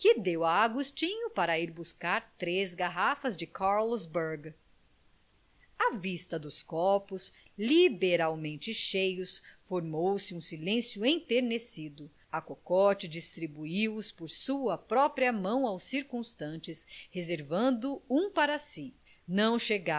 a agostinho para ir buscar três garrafas de carls berg a vista dos copos liberalmente cheios formou-se um silêncio enternecido a cocote distribuiu os por sua própria mão aos circunstantes reservando um para si não chegavam